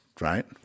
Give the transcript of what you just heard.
Right